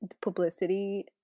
publicity